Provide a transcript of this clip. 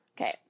Okay